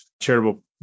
charitable